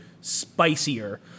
spicier